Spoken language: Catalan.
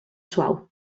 suau